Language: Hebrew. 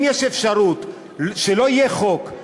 אם יש אפשרות שלא יהיה חוק,